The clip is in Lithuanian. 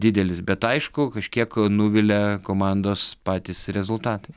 didelis bet aišku kažkiek nuvilia komandos patys rezultatai